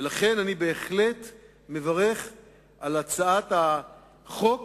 ולכן, אני בהחלט מברך על הצעת החוק